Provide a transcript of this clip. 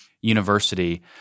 University